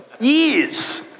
years